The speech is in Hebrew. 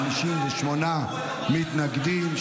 58 מתנגדים,